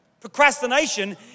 Procrastination